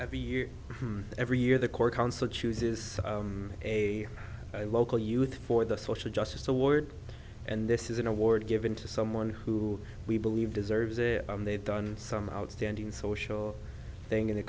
a year every year the core council chooses a local youth for the social justice award and this is an award given to someone who we believe deserves it they've done some outstanding social thing in the